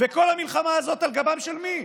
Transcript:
וכל המלחמה הזאת על גבם של מי?